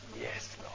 yes